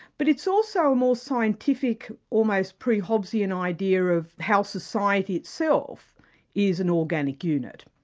but it's also a more scientific, almost pre-hobbesian idea of how society itself is an organic unit.